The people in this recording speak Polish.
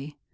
z